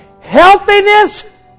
healthiness